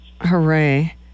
hooray